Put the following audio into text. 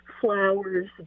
flowers